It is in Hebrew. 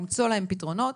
למצוא להם פתרונות